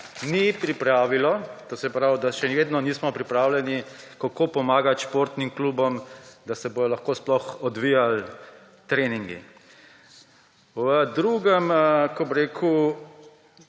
Ni pripravilo, to se pravi, da še vedno nismo pripravljeni, kako pomagati športnim klubom, da se bodo lahko sploh odvijali treningi. V drugem, kako bi rekel,